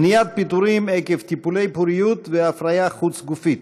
מניעת פיטורים עקב טיפולי פוריות והפריה חוץ-גופית),